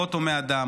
הרחובות הומי אדם,